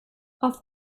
auf